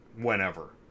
whenever